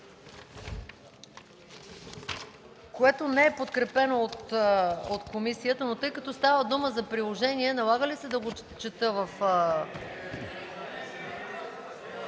което не е подкрепено от комисията, но тъй като става дума за приложение, налага ли се да го чета?